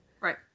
right